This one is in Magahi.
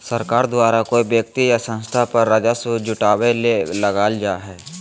सरकार द्वारा कोय व्यक्ति या संस्था पर राजस्व जुटावय ले लगाल जा हइ